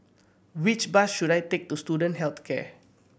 which bus should I take to Student Health Care